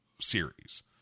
series